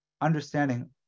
understanding